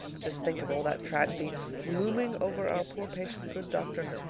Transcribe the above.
just think of all that tragedy looming over our poor patient good doctor,